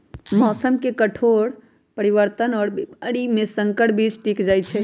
मौसम के कठोर परिवर्तन और बीमारी में संकर बीज टिक जाई छई